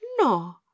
no